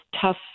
tough